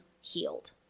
healed